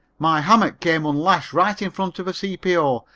my hammock came unlashed right in front of a c p o.